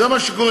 זה מה שקורה.